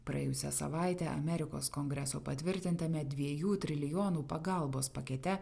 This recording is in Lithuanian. praėjusią savaitę amerikos kongreso patvirtintame dviejų trilijonų pagalbos pakete